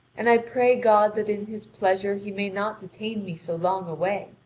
and i pray god that in his pleasure he may not detain me so long away.